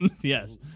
Yes